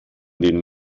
den